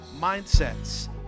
mindsets